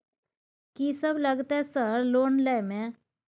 कि सब लगतै सर लोन लय में?